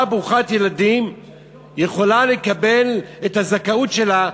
ברוכת ילדים יכולה לקבל את הזכאות שלה,